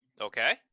Okay